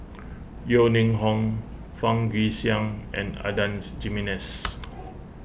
Yeo Ning Hong Fang Guixiang and Adan's Jimenez